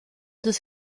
des